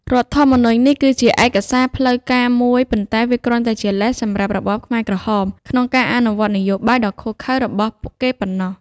រដ្ឋធម្មនុញ្ញនេះគឺជាឯកសារផ្លូវការមួយ ប៉ុន្តែវាគ្រាន់តែជាលេសសម្រាប់របបខ្មែរក្រហមក្នុងការអនុវត្តនយោបាយដ៏ឃោរឃៅរបស់ពួកគេប៉ុណ្ណោះ។